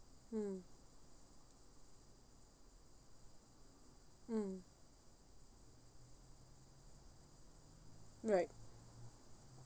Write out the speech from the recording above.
mm mm right